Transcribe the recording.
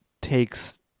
takes